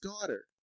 daughter